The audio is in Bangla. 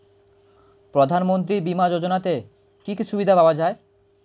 প্রধানমন্ত্রী বিমা যোজনাতে কি কি সুবিধা পাওয়া যায়?